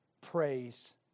praise